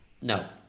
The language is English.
no